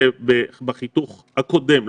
ובחיתוך הקודם,